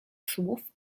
słów